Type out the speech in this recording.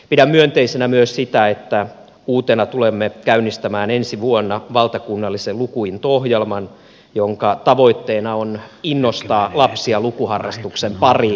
pidän myönteisenä myös sitä että uutena tulemme käynnistämään ensi vuonna valtakunnallisen lukuinto ohjelman jonka tavoitteena on innostaa lapsia lukuharrastuksen pariin